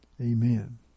Amen